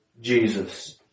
Jesus